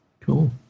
Cool